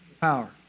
power